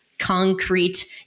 concrete